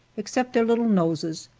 except their little noses,